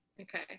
Okay